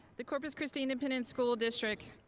the corpus christi independent school district